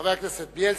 חבר הכנסת בילסקי,